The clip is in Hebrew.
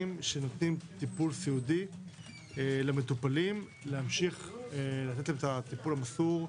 שנותנים טיפול סיעודי למטופלים להמשיך לתת להם את הטיפול המסור,